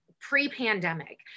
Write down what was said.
pre-pandemic